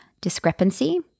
discrepancy